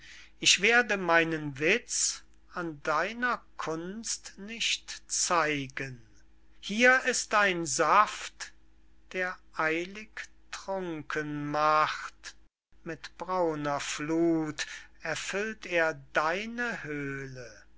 ich werde meinen witz an deiner kunst nicht zeigen hier ist ein saft der eilig trunken macht mit brauner flut erfüllt er deine höhle